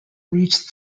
reached